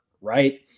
right